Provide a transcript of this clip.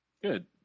Good